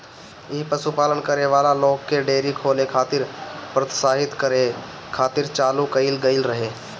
इ पशुपालन करे वाला लोग के डेयरी खोले खातिर प्रोत्साहित करे खातिर चालू कईल गईल रहे